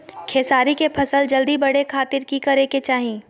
खेसारी के फसल जल्दी बड़े के खातिर की करे के चाही?